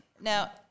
now